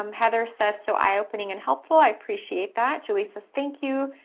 um heather says, so eye opening and helpful. i appreciate that. julie says, thank you.